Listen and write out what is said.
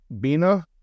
bina